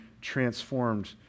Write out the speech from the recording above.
transformed